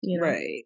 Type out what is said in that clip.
Right